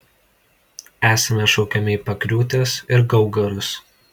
esame šaukiami į pakriūtes ir gaugarus